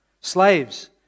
Slaves